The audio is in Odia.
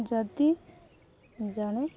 ଯଦି ଜଣେ